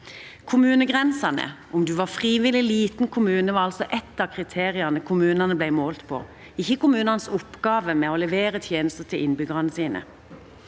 Kommunegrensene, om man var en frivillig liten kommune, var ett av kriteriene kommunene ble målt på, ikke kommunenes oppgave med å levere tjenester til innbyggerne sine.